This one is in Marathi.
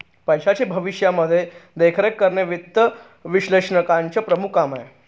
पैशाची भविष्यामध्ये देखरेख करणे वित्त विश्लेषकाचं प्रमुख काम आहे